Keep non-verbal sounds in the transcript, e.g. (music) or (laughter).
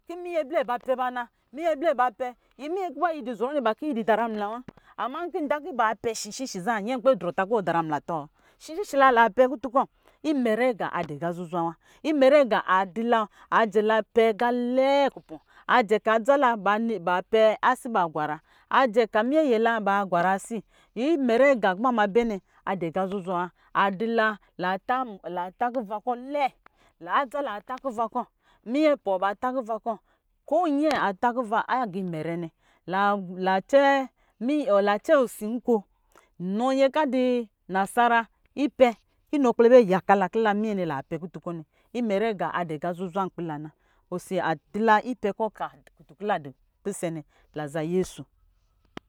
Kɔ minyɛ blɛ ba pɛbana minyɛ blɛ ba pɛ yimmyɛ kɔ yi dɔ zɔrɔ nɛ ba ta kɔ inyi dɔ dara mla wa ama nkɔ ba pɛ shishishi za nyɛ kpɛ takɔ ba daramla tɔ shishishi la la pɛ kutukɔ imɛrɛ aga adu aga zuzwa wa imɛrɛ aga a dula ajɛ la pɛ aga lɛɛ ku pɔ ajɛ ka adza (unintelligible) la asi ba agwara ajɛ ka minyɛyɛ la ba gwa ra asi inɛrɛ aga kɔ ba ma bɛ nɛ adɔ aga zuzwa wa adi la la ta kuva kɔ lɛɛ adza la ba ta kuva kɔ munyɛ apɔ ba ta kuva kɔ konyɛ ata kuva aga imɛrɛ nɛ lɛ la cɛ osi nko nyɛ kɔ adu nasara ipɛ kɔ inɔ kpɛlɛ bɛ yaka la kɔ la pɛ kutu nɛ imɛrɛ aga adu aga zuzwa nkpi la na osi adula ipɛkɔ ka kutun kɔ lapɛ nɛ naza yesu